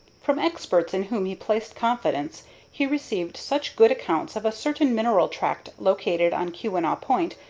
from experts in whom he placed confidence he received such good accounts of a certain mineral tract located on keweenaw point,